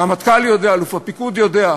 הרמטכ"ל יודע, אלוף הפיקוד יודע,